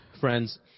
friends